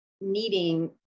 needing